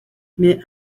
mais